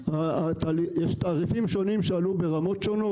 יש תעריפים שונים שעלו ברמות שונות.